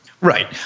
Right